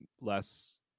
less